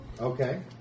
Okay